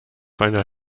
einer